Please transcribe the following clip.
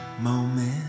moment